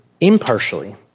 impartially